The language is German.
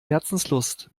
herzenslust